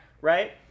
Right